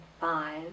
Five